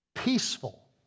peaceful